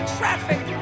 traffic